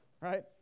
Right